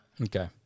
Okay